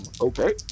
Okay